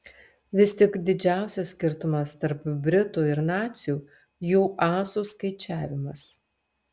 vis tik didžiausias skirtumas tarp britų ir nacių jų asų skaičiavimas